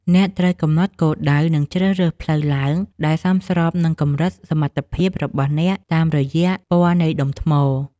អ្នកត្រូវកំណត់គោលដៅ និងជ្រើសរើសផ្លូវឡើងដែលសមស្របនឹងកម្រិតសមត្ថភាពរបស់អ្នកតាមរយៈពណ៌នៃដុំថ្ម។